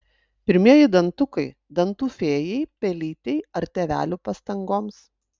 pirmieji dantukai dantų fėjai pelytei ar tėvelių pastangoms